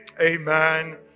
Amen